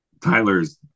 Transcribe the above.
Tyler's